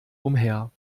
umher